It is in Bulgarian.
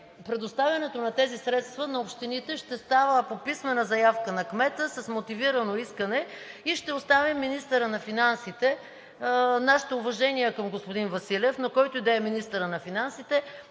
предоставянето на тези средства на общините ще става по писмена заявка на кмета с мотивирано искане и ще оставя на министъра на финансите – нашите уважения към господин Василев, но който и да е министърът на финансите,